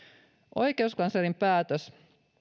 oikeuskanslerin päätös